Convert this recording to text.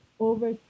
over